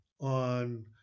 on